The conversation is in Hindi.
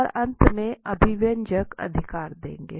और अंत में अभिव्यंजक अधिकार देखेंगे